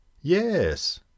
yes